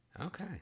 Okay